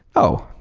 oh,